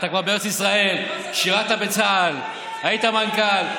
אתה כבר בארץ ישראל, שירתָ בצה"ל, היית מנכ"ל.